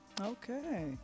Okay